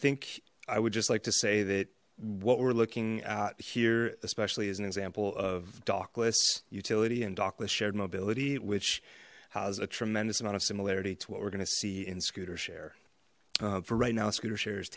think i would just like to say that what we're looking at here especially is an example of doclets utility and dhoklas shared mobility which has a tremendous amount of similarity to what we're gonna see in scooter share for right now scooter share